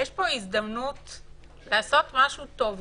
יש פה הזדמנות לעשות משהו טוב יותר.